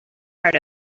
part